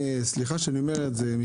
סליחה שאני אומר את זה,